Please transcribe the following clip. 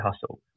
hustle